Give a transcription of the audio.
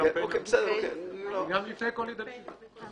וגם לפני כל עיד אל-פיטר.